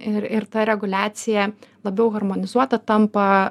ir ir ta reguliacija labiau harmonizuota tampa